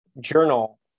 journal